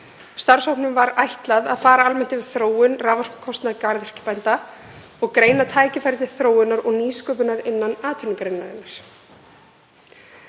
Starfshópnum var ætlað að fara almennt yfir þróun raforkukostnaðar garðyrkjubænda og greina tækifæri til þróunar og nýsköpunar innan atvinnugreinarinnar.